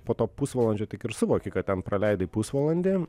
po to pusvalandžio tik ir suvoki kad ten praleidai pusvalandį